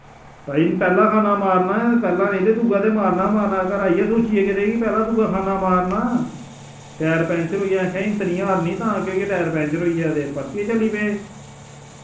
भाई पैह्ला खान्ना मारना पैह्ला निं ते दुआ ते मारना मारना घरा इ'यां सोचियै गेदे कि पैह्ला दुआ खान्ना मारना टैर पैंचर होइया आक्खे हिम्मत निं हारनी तां केह् होइया टैर पैंचर होइया ते परतियै चली पे